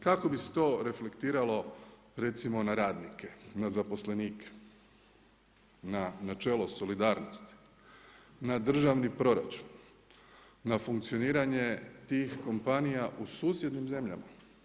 Kako bi se to reflektiralo recimo na radnike, na zaposlenike, na načelo solidarnosti, na državni proračun, na funkcioniranje tih kompanija u susjednim zemljama.